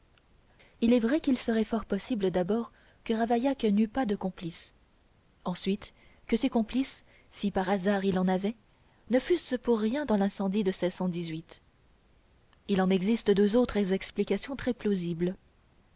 il est vrai qu'il serait fort possible d'abord que ravaillac n'eût pas de complices ensuite que ses complices si par hasard il en avait ne fussent pour rien dans l'incendie de il en existe deux autres explications très plausibles